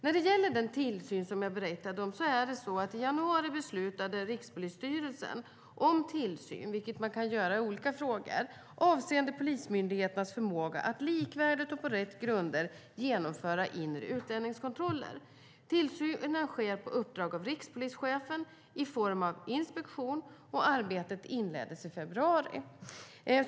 När det gäller den tillsyn som jag berättade om är det så att Rikspolisstyrelsen i januari beslutade om tillsyn - vilket man kan göra i olika frågor - avseende polismyndigheternas förmåga att likvärdigt och på rätt grunder genomföra inre utlänningskontroller. Tillsynen sker i form av inspektion på uppdrag av rikspolischefen, och arbetet inleddes i februari.